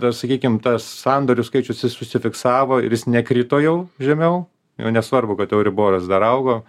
dar sakykim tas sandorių skaičius jis užsifiksavo ir jis nekrito jau žemiau jau nesvarbu kad euriboras dar augo